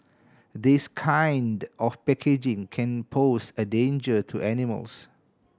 this kind of packaging can pose a danger to animals